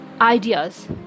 ideas